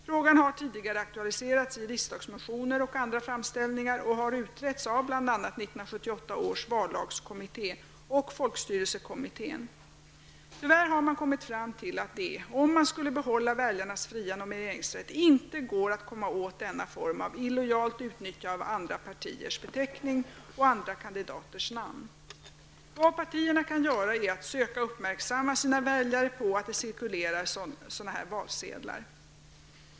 Frågan har tidigare aktualiserats i riksdagsmotioner och andra framställningar och har utretts av bl.a. 1978 års vallagskommitté . Vad partierna kan göra är att söka uppmärksamma sina väljare på att det cirkulerar sådana valsedlar.